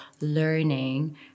learning